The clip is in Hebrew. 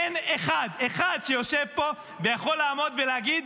אין אחד, אחד, שיושב פה ויכול להגיד: